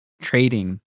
trading